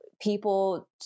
People